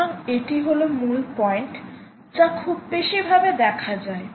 সুতরাং এটি হলো মূল পয়েন্ট যা খুব বেশি ভাবে দেখা যায়